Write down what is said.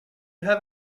have